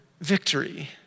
victory